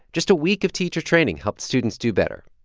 just a week of teacher training helped students do better.